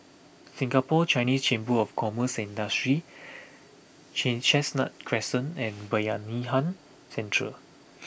Singapore Chinese Chamber of Commerce and Industry Chin Chestnut Crescent and Bayanihan Centre